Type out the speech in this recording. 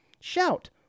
shout